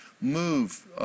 Move